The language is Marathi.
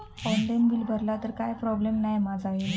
ऑनलाइन बिल भरला तर काय प्रोब्लेम नाय मा जाईनत?